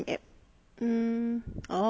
mm oh